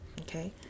Okay